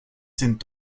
sind